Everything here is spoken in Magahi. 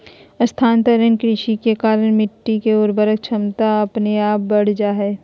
स्थानांतरण कृषि के कारण मिट्टी के उर्वरक क्षमता अपने आप बढ़ जा हय